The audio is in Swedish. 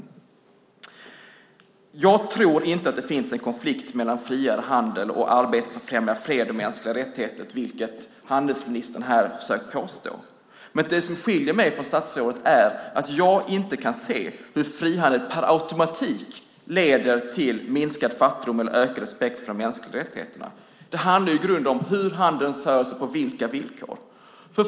Jag tror inte, vilket handelsministern har försökt att påstå, att det finns en konflikt mellan friare handel och arbetet med att främja fred och mänskliga rättigheter. Det som skiljer mig och statsrådet åt är att jag inte kan se hur frihandel automatiskt leder till minskad fattigdom eller ökad respekt för de mänskliga rättigheterna. Det handlar i grunden om hur handeln förs och på vilka villkor.